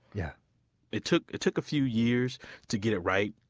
yeah it took it took a few years to get it right,